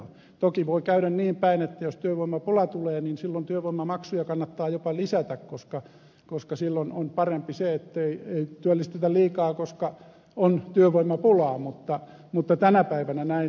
toki voi käydä niin päin että jos työvoimapula tulee silloin työvoimamaksuja kannattaa jopa lisätä koska silloin on parempi se ettei työllistetä liikaa koska on työvoimapula mutta tänä päivänä näin ei ole